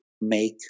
make